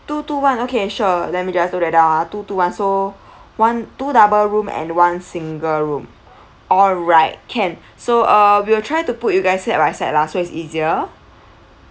two two one okay sure let me just note that down ah two two one so one two double room and one single room alright can so uh we will try to put you guys side by side lah so it's easier